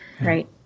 Right